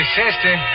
sister